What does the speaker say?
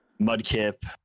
Mudkip